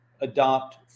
adopt